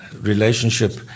relationship